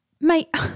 Mate